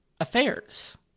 affairs